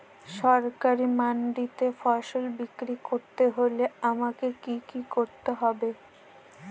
সরকারি মান্ডিতে ফসল বিক্রি করতে হলে আমাকে কি কি করতে হবে?